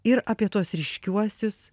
ir apie tuos ryškiuosius